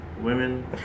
women